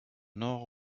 nord